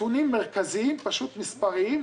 נתונים מרכזיים, פשוט מספריים.